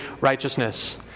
righteousness